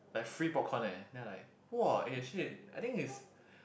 like free popcorn leh then I like !wah! actually I think is